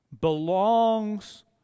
belongs